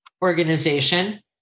Organization